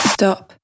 stop